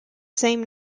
same